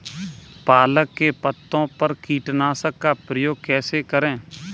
पालक के पत्तों पर कीटनाशक का प्रयोग कैसे करें?